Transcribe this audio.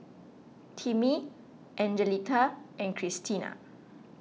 Timmy Angelita and Kristina